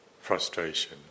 frustration